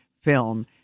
Film